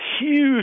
huge